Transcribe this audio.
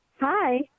Hi